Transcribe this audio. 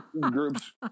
groups